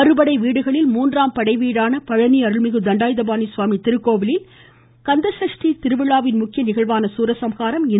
அறுபடை வீடுகளில் மூன்றாம் படைவீடான பழனி அருள்மிகு தண்டாயுதபாணி சுவாமி திருக்கோவிலில் கந்த் சஷ்டி திருவிழாவின் முக்கிய நிகழ்ச்சியான சூரசம்ஹாரம் இன்றுமாலை நடைபெறுகிறது